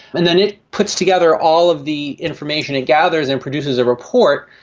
and then it puts together all of the information it gathers and produces a report,